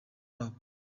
wabo